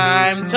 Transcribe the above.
Time